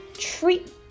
Treat